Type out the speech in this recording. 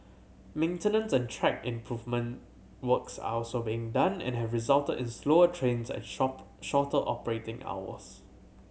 maintenance and track improvement works are also being done and have resulted in slower trains and shop shorter operating hours